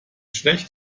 schlecht